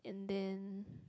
and then